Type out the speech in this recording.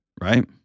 right